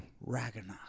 Ragnarok